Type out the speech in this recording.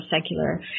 secular